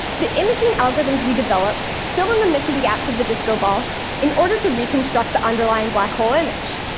the imaging algorithms we develop fill in the missing gaps of the disco ball in order to reconstruct the underlying black hole image.